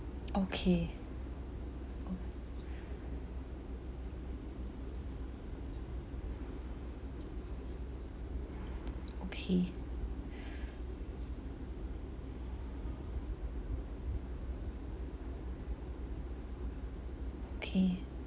okay okay okay